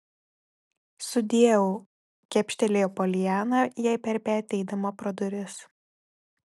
sudieu kepštelėjo poliana jai per petį eidama pro duris